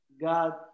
God